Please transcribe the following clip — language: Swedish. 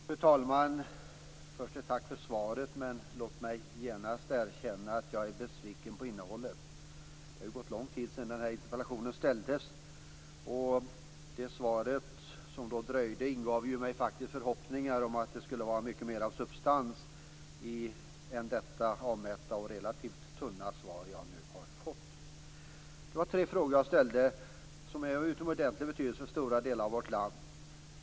Fru talman! Först ett tack för svaret, men låt mig genast erkänna att jag är besviken på innehållet. Det har ju gått lång tid sedan interpellationen framställdes, och när svaret dröjde ingav det mig förhoppningar om att det skulle innehålla mycket mera substans än vad detta avmätta och relativt tunna svar gjorde. Jag ställde tre frågor som är av utomordentlig betydelse för stora delar av vårt land.